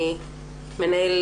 מנהל